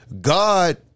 God